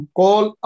call